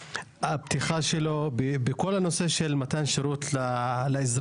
הפתיחה שלו בכל הנושא של מתן שירות לאזרח.